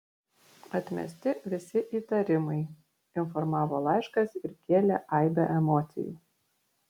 atmesti visi įtarimai informavo laiškas ir kėlė aibę emocijų